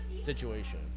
Situation